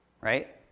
right